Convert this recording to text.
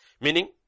Meaning